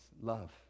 love